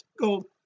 go